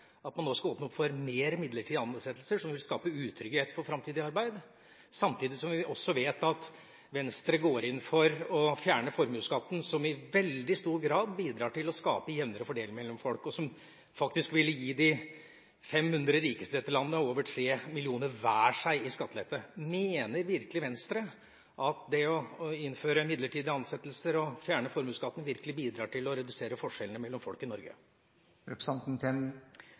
at man nå skal åpne opp for flere midlertidige ansettelser, som vil skape utrygghet for framtidig arbeid. Samtidig vet vi at Venstre går inn for å fjerne formuesskatten, som i veldig stor grad bidrar til å skape jevnere fordeling mellom folk, og som faktisk ville gi de 500 rikeste i dette landet over 3 mill. kr hver i skattelette. Mener virkelig Venstre at det å innføre midlertidige ansettelser og fjerne formuesskatten bidrar til å redusere forskjellene mellom folk i Norge?